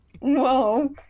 Whoa